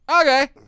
okay